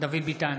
דוד ביטן,